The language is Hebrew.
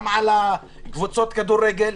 גם על קבוצות הכדורגל.